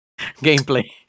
gameplay